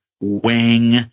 wing